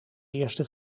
eerste